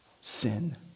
sin